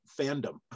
fandom